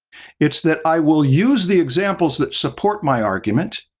it's that i will use the examples that support my argument